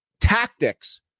tactics